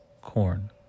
corn